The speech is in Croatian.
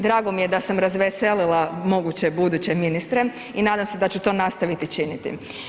Drago mi je da sam razveselila moguće buduće ministre i nadam se da ću to nastaviti činiti.